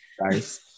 Nice